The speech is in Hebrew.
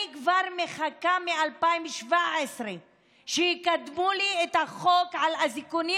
אני מחכה כבר מ-2017 שיקדמו את החוק של אזיקונים